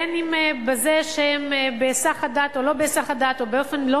בין שבזה שהם בהיסח הדעת או לא בהיסח הדעת או באופן לא